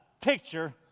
picture